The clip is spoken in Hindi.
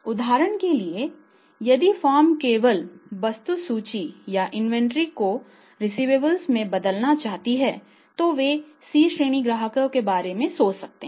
उदाहरण के लिए यदि फर्म केवल वस्तुसूची में बदलना चाहती है तो वे C श्रेणी के ग्राहकों के बारे में सोच सकते हैं